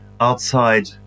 outside